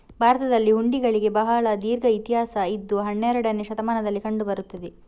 ಭಾರತದಲ್ಲಿ ಹುಂಡಿಗಳಿಗೆ ಬಹಳ ದೀರ್ಘ ಇತಿಹಾಸ ಇದ್ದು ಹನ್ನೆರಡನೇ ಶತಮಾನದಲ್ಲಿ ಕಂಡು ಬರುತ್ತದೆ